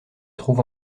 trouve